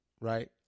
right